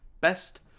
best